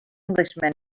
englishman